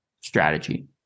strategy